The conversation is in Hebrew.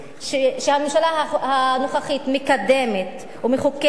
שהממשלה הנוכחית מקדמת ומחוקקת,